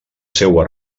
seua